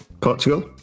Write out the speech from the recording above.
Portugal